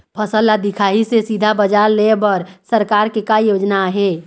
फसल ला दिखाही से सीधा बजार लेय बर सरकार के का योजना आहे?